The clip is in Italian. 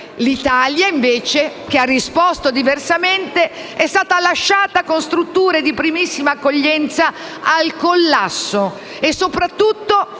L'Italia - che ha risposto diversamente - è stata lasciata con strutture di primissima accoglienza al collasso e, soprattutto,